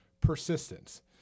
Persistence